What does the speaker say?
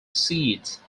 seeds